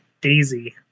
Daisy